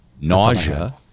nausea